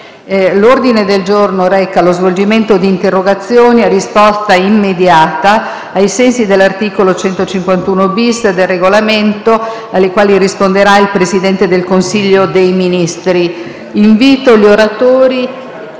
L'ordine del giorno reca lo svolgimento di interrogazioni a risposta immediata (cosiddetto *question time*), ai sensi dell'articolo 151-*bis* del Regolamento, alle quali risponderà il Presidente del Consiglio dei ministri. Invito gli oratori